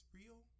real